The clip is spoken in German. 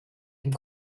dem